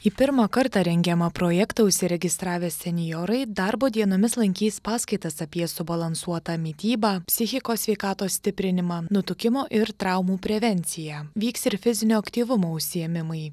į pirmą kartą rengiamą projektą užsiregistravę senjorai darbo dienomis lankys paskaitas apie subalansuotą mitybą psichikos sveikatos stiprinimą nutukimo ir traumų prevenciją vyks ir fizinio aktyvumo užsiėmimai